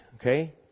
okay